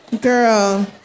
Girl